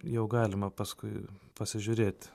jau galima paskui pasižiūrėt